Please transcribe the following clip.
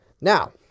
Now